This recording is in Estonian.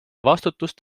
vastutust